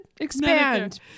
expand